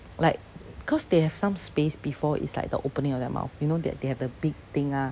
like cause they have some space before it's like the opening of their mouth you know that they have the big thing ah